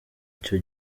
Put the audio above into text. icyo